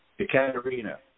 Ekaterina